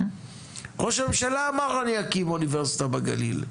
ראש הממשלה אמר אני אקים אוניברסיטה בגליל.